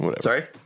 sorry